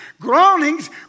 Groanings